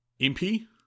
Impy